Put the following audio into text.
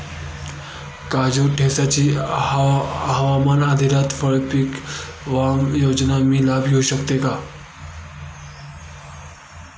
काजूसाठीच्या हवामान आधारित फळपीक विमा योजनेचा मी लाभ घेऊ शकतो का?